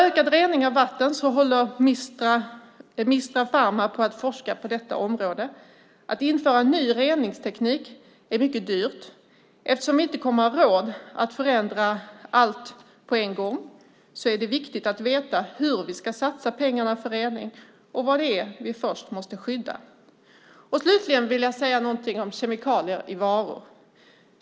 Ökad rening av vatten håller Mistrapharma på att forska om. Att införa en ny reningsteknik är mycket dyrt. Eftersom vi inte kommer att ha råd att förändra allt på en gång är det viktigt att veta hur vi ska satsa pengarna för rening och vad det är vi först måste skydda. Jag vill säga något om kemikalier i varor.